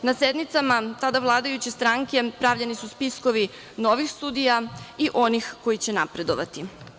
Na sednicama tada vladajuće stranke pravljeni su spiskovi novih sudija i onih koji će napredovati.